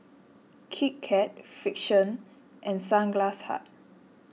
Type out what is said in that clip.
Kit Kat Frixion and Sunglass Hut